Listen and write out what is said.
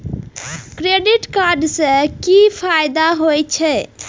Credit card से कि फायदा होय छे?